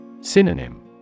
Synonym